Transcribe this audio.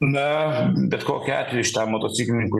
na bet kokiu atveju šitam motociklininkui